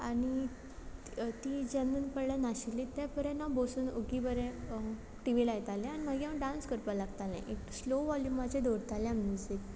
आनी तीं जेन्ना म्हळ्ळ्या नाशिल्लीं ते परेन हांव बसून उग्गी बरें टी वी लायतालें आनी मागी हांव डांस करपा लागतालें एक स्लो वॉल्युमाचेर दोवरतालें हांव म्युजीक